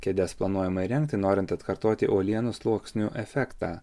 kėdes planuojama įrengti norint atkartoti uolienų sluoksnių efektą